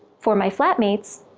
for my flatmates,